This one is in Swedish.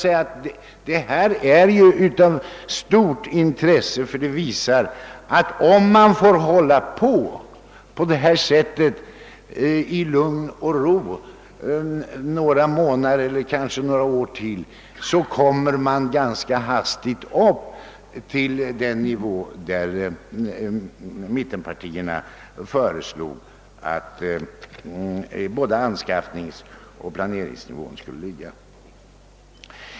Detta är av stort intresse, ty det visar att man, om man på detta sätt får hålla på i lugn och ro några månader eller kanske år, så småningom kommer att vara uppe vid den nivå som mittenpartierna föreslår för både anskaffningsoch planeringskostnaderna.